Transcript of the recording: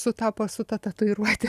sutapo su ta tatuiruote